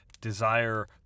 desire